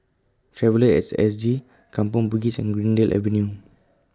Traveller At S G Kampong Bugis and Greendale Avenue